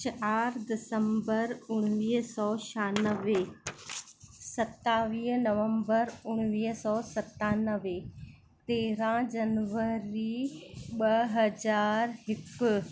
चारि दिसंबर उणिवीह सौ छियानवे सतावीह नवंबर उणिवीह सौ सतानवे तेरहं जनवरी ॿ हज़ार हिकु